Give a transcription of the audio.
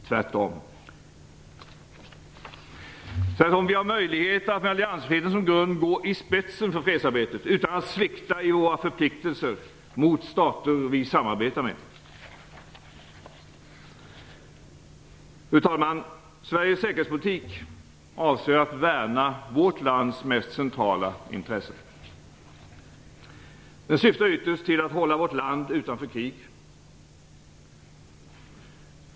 Tvärtom har vi möjligheter att med alliansfriheten som grund gå i spetsen för fredsarbetet utan att svikta i våra förpliktelser mot stater som vi samarbetar med. Fru talman! Sveriges säkerhetspolitik avser att värna vårt lands mest centrala intressen. Den syftar ytterst till att hålla vårt land utanför krig.